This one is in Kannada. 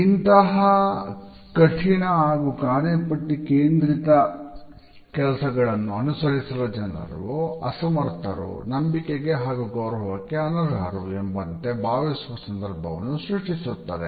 ಇಂತಹ ಕಠಿಣ ಹಾಗೂ ಕಾರ್ಯಪಟ್ಟಿ ಕೇಂದ್ರಿತ ಕೆಲಸಗಳನ್ನು ಅನುಸರಿಸದ ಜನರನ್ನು ಅಸಮರ್ಥರು ನಂಬಿಕೆಗೆ ಹಾಗೂ ಗೌರವಕ್ಕೆ ಅನರ್ಹರು ಎಂಬಂತೆ ಭಾವಿಸುವ ಸಂದರ್ಭವನ್ನು ಸೃಷ್ಟಿಸುತ್ತದೆ